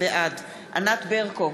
בעד ענת ברקו,